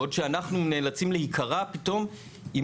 בעוד שאנחנו נאלצים להיקרע פתאום עם